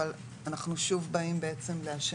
אבל אנחנו שוב באים לאשר